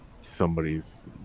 somebody's